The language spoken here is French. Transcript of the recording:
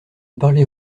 parlez